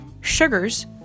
sugars